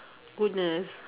goodness